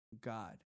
God